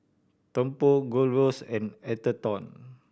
Tempur Gold Roast and Atherton